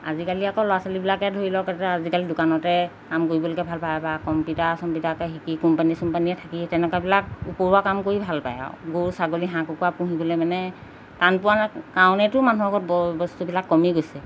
আজিকালি আকৌ ল'ৰা ছোৱালীবিলাকে ধৰি লওক এতিয়া আজিকালি দোকানতে কাম কৰিবলৈকে ভাল পায় বা কম্পিউটাৰ চম্পিউটাকে শিকি কোম্পানী চোম্পানীয়ে থাকি তেনেকুৱাবিলাক উপৰুৱা কাম কৰি ভাল পায় আৰু গৰু ছাগলী হাঁহ কুকুৰা পুহিবলৈ মানে টান পোৱা না কাৰণেইতো মানুহৰ ঘৰত ব বস্তুবিলাক কমি গৈছে